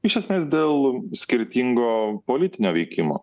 iš esmės dėl skirtingo politinio veikimo